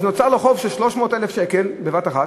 אז נוצר לו חוב של 300,000 שקל בבת-אחת,